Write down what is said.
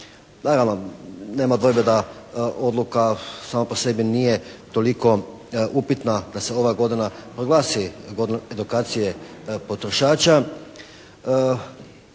Naravno nema dvojbe da odluka sama po sebi nije toliko upitna da se ova godina proglasi godinom edukacije potrošača.